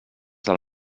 del